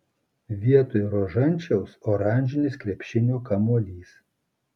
vietoj rožančiaus oranžinis krepšinio kamuolys